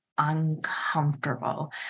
Uncomfortable